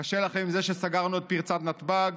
קשה לכם עם זה שסגרנו את פרצת נתב"ג,